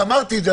ואמרתי את זה,